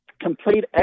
complete